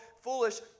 foolish